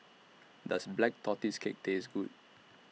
Does Black Tortoise Cake Taste Good